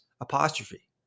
apostrophe